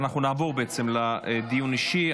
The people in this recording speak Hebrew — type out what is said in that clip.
ואנחנו נעבור בעצם לדיון אישי.